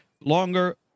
longer